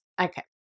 Okay